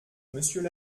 monsieur